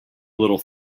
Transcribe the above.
little